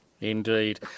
Indeed